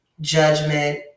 judgment